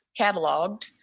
cataloged